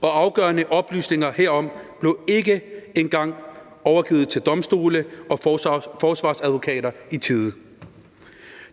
og afgørende oplysninger herom blev ikke engang overgivet til domstole og forsvarsadvokater i tide.